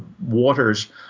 waters